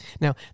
Now